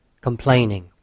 complaining